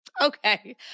Okay